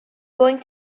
going